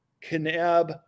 Kanab